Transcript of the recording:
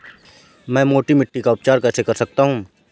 मैं मोटी मिट्टी का उपचार कैसे कर सकता हूँ?